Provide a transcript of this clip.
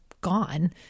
gone